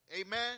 Amen